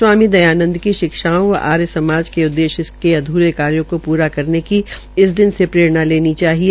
स्वामी दयानंद की शिक्षाओं व आर्य समाज के उददेश्य के अध्रे कार्यो को प्रा करने की इस दिन से प्ररेणा लेनी चाहिए